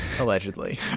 Allegedly